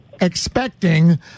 expecting